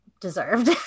deserved